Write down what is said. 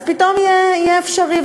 אז פתאום זה יהיה אפשרי.